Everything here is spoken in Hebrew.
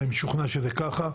אבל אני משוכנע שזה ככה.